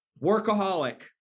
workaholic